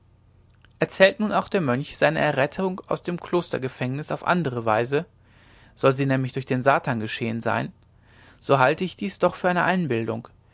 erzählt nun auch der mönch seine errettung aus dem klostergefängnis auf andere weise soll sie nämlich durch den satan geschehen sein so halte ich dies doch für eine einbildung